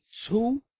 two